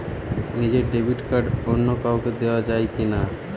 নিজের debit card অন্য কাউকে দেওয়া যায় কি না?